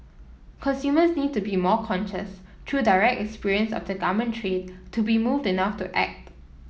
consumers need to be more conscious through direct experience of the garment trade to be moved enough to act